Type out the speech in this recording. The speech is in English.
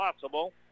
possible